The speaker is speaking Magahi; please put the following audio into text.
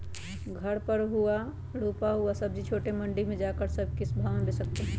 घर पर रूपा हुआ सब्जी छोटे मंडी में जाकर हम किस भाव में भेज सकते हैं?